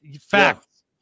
Facts